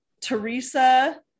Teresa